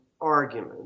argument